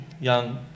young